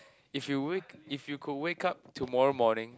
if you wake if you got wake up tomorrow morning